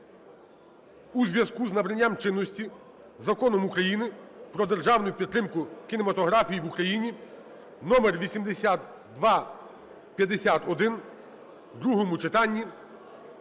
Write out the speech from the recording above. у зв'язку з набранням чинності Законом України "Про державну підтримку кінематографії в Україні" (№8251) в другому читанні